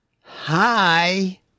Hi